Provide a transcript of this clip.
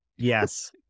Yes